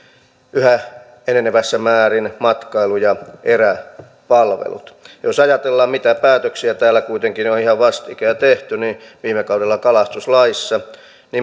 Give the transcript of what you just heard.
yhä enenevässä määrin matkailu ja eräpalvelut jos ajatellaan mitä päätöksiä täällä kuitenkin on ihan vastikään tehty niin viime kaudella kalastuslaissa